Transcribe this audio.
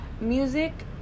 music